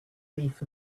beef